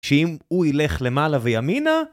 שאם הוא ילך למעלה וימינה...